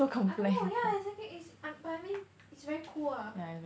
I don't know yeah exactly it's but I mean it's very cool ah